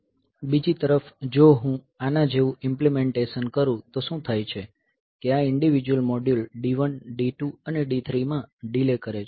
બીજી તરફ જો હું આના જેવું ઈમ્પલીમેન્ટેશન કરું તો શું થાય છે કે આ ઈન્ડીવીડ્યુઅલ મોડ્યુલ D1 D2 અને D3 માં ડીલે કરે છે